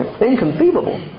Inconceivable